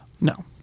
No